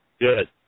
Good